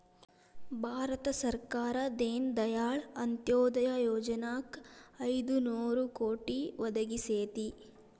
ಭಾರತ ಸರ್ಕಾರ ದೇನ ದಯಾಳ್ ಅಂತ್ಯೊದಯ ಯೊಜನಾಕ್ ಐದು ನೋರು ಕೋಟಿ ಒದಗಿಸೇತಿ